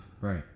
Right